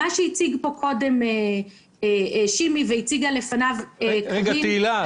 מה שהציג פה שימי והציגה לפניו קרין --- תהילה,